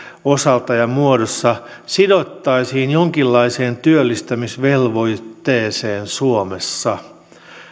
osalta ja muodossa sidottaisiin jonkinlaiseen työllistämisvelvoitteeseen suomessa